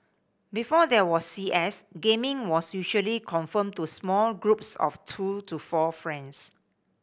before there was C S gaming was usually confined to small groups of two to four friends